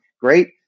great